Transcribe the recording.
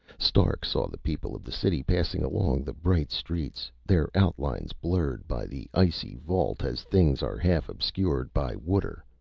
stark saw the people of the city passing along the bright streets, their outlines blurred by the icy vault as things are half obscured by water.